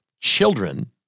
children